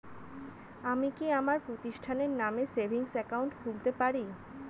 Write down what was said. আমি কি আমার প্রতিষ্ঠানের নামে সেভিংস একাউন্ট খুলতে পারি?